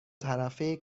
طرفه